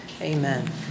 amen